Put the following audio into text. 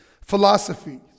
Philosophies